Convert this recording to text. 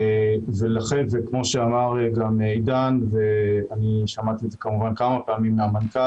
וכמו שאמר גם עידן ואני שמעתי את זה כמה פעמים מהמנכ"ל,